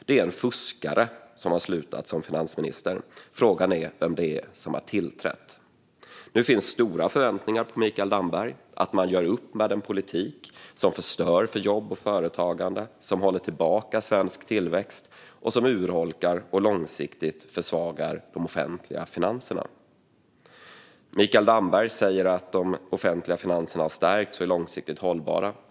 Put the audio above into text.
Det är en fuskare som har slutat som finansminister, och frågan är vem det är som har tillträtt. Nu finns det stora förväntningar på Mikael Damberg att göra upp med den politik som förstör för jobb och företagande, som håller tillbaka svensk tillväxt och som urholkar och långsiktigt försvagar de offentliga finanserna. Mikael Damberg säger att de offentliga finanserna har stärkts och är långsiktigt hållbara.